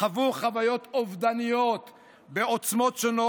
חוו חוויות אובדניות בעוצמות שונות,